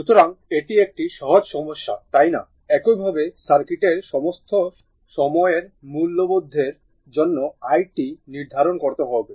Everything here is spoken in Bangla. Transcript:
সুতরাং এটি একটি সহজ সমস্যা তাই না একইভাবে সার্কিটের সমস্ত সময়ের মূল্যবোধের জন্য i t নির্ধারণ করতে হবে